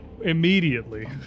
immediately